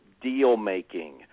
deal-making